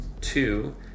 two